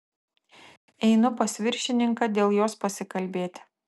einu pas viršininką dėl jos pasikalbėti